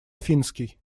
финский